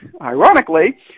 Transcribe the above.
ironically